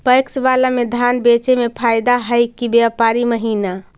PACS बाला में धान बेचे मे फायदा है कि व्यापारी महिना?